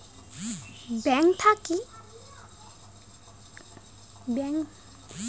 Bank থাকি loan নিতে কি কি কাগজ নাগে?